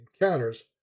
encounters